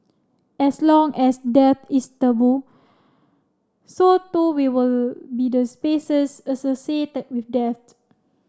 as long as death is taboo so too will be the spaces associated with death